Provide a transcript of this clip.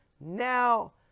now